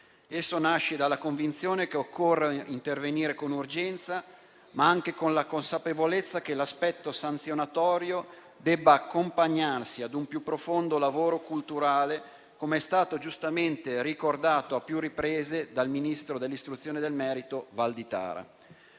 Esso nasce dalla convinzione che occorre intervenire con urgenza, ma anche con la consapevolezza che l'aspetto sanzionatorio debba accompagnarsi ad un più profondo lavoro culturale, come è stato giustamente ricordato a più riprese dal ministro dell'istruzione e del merito Valditara.